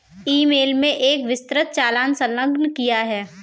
ई mail में एक विस्तृत चालान संलग्न किया है